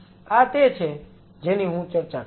આ તે છે જેની હું ચર્ચા કરું છું